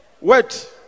wait